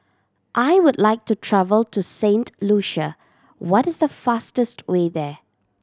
I would like to travel to Saint Lucia what is the fastest way there